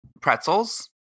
pretzels